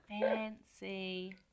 fancy